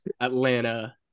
Atlanta